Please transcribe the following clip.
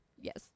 Yes